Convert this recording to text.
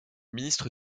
ministre